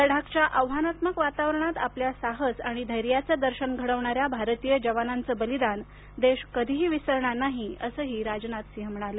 लडाखच्या आव्हानात्मक वातावरणात आपल्या साहस आणि धैर्याचं दर्शन घडवणाऱ्या भारतीय जवानांचं बलिदान देश कधीही विसरणार नाही असंही राजनाथ सिंह म्हणाले